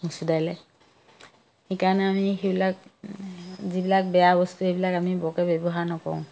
মচুৰ দাইলে সেইকাৰণে আমি সেইবিলাক যিবিলাক বেয়া বস্তু সেইবিলাক আমি বৰকৈ ব্যৱহাৰ নকৰোঁ